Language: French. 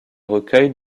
recueils